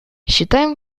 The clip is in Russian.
считаем